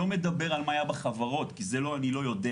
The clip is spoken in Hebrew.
אני לא מדבר על מה היה בחברות כי זה אני לא יודע,